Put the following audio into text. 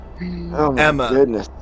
Emma